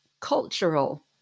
cultural